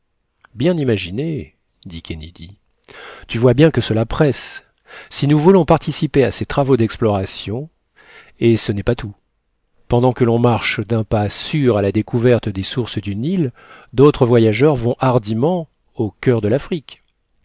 imaginé dit kennedy tu vois bien que cela presse si nous voulons participer à ces travaux d'exploration et ce n'est pas tout pendant que l'on marche dun pas sûr à la découverte des sources du nil d'autres voyageurs vont hardiment au cur de l'afrique